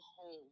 home